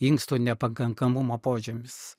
inksto nepakankamumo požymis